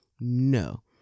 No